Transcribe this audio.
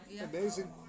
amazing